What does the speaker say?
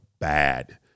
bad